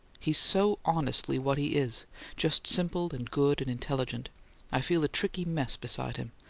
he's so honestly what he is just simple and good and intelligent i feel a tricky mess beside him!